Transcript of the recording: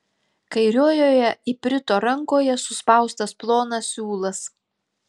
kairiojoje iprito rankoje suspaustas plonas siūlas